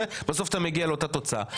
זה בסוף אתה מגיע לאותה תוצאה.